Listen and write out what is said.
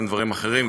גם דברים אחרים,